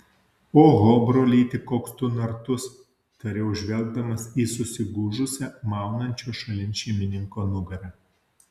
oho brolyti koks tu nartus tariau žvelgdamas į susigūžusią maunančio šalin šeimininko nugarą